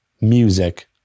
music